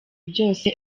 byose